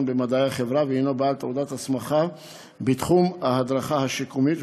במדעי החברה והנו בעל תעודת הסמכה בתחום ההדרכה השיקומית,